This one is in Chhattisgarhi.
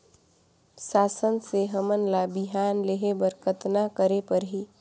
शासन से हमन ला बिहान लेहे बर कतना करे परही?